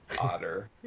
otter